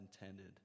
intended